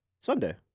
Sunday